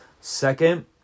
Second